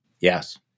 Yes